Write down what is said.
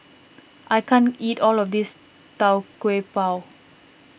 I can't eat all of this Tau Kwa Pau